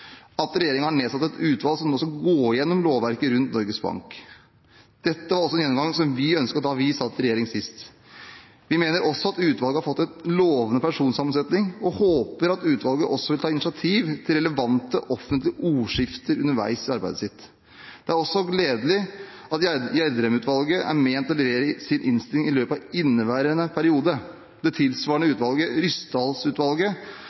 at regjeringen har nedsatt et utvalg som nå skal gå igjennom lovverket rundt Norges Bank. Dette er en gjennomgang som også vi ønsket da vi satt i regjering sist. Vi mener også at utvalget har fått en lovende personsammensetning, og håper at utvalget også vil ta initiativ til relevante offentlige ordskifter underveis i arbeidet sitt. Det er også gledelig at Gjedrem-utvalget er ment å levere sin innstilling i løpet av inneværende periode. Det tilsvarende utvalget,